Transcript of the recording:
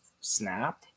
Snap